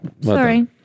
Sorry